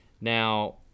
Now